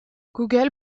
google